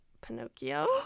pinocchio